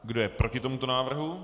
Kdo je proti tomuto návrhu?